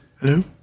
Hello